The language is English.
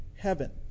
heaven